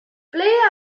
ble